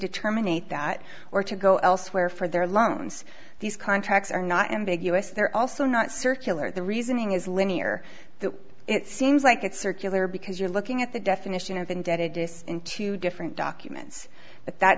to terminate that or to go elsewhere for their loans these contracts are not ambiguous they're also not circular the reasoning is linear that it seems like it's circular because you're looking at the definition of indebtedness in two different documents but that